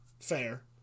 fair